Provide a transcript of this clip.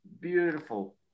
beautiful